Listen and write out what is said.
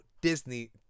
Disney